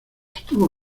estuvo